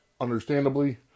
understandably